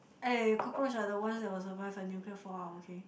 eh cockroach are the ones that will survive a nuclear fallout okay